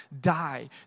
die